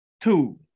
Two